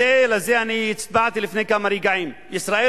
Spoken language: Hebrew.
על כך הצבעתי לפני כמה רגעים: ישראל